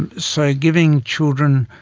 and so giving children